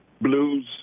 blues